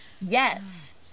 Yes